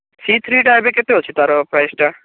C ଥ୍ରୀଟା ଏବେ କେତେ ଅଛି ତାର ପ୍ରାଇସ୍ଟା